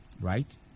right